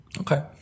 Okay